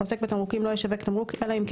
עוסק בתמרוקים לא ישווק תמרוק אלא אם כן